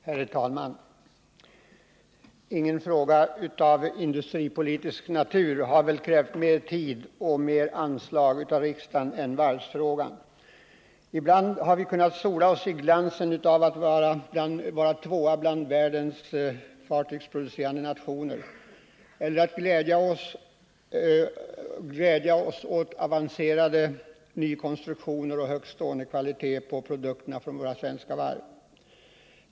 Herr talman! Ingen fråga av industripolitisk natur har väl krävt mer tid och mer anslag av riksdagen än varvsfrågan. Ibland har vi i Sverige kunnat sola oss i glansen av att vara tvåa bland världens fartygsproducerande nationer, och ibland har vi kunnat glädja oss åt avancerade nykonstruktioner och hög kvalitet på produkterna från våra svenska varv.